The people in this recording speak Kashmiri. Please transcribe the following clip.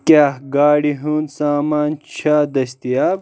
کیاہ گاڑِ ہُنٛد سامان چھا دٔستیاب ؟